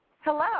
Hello